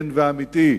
כן ואמיתי.